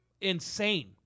insane